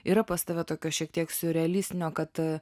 yra pas tave tokia šiek tiek siurrealistinio kad